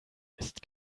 ist